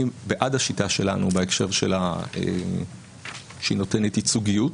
אני בעד השיטה שלנו בהקשר שהיא נותנת ייצוגיות,